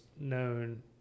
known